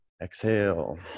Exhale